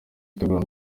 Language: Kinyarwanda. instagram